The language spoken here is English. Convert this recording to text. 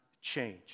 change